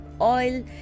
oil